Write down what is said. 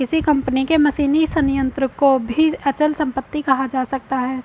किसी कंपनी के मशीनी संयंत्र को भी अचल संपत्ति कहा जा सकता है